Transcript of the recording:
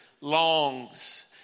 longs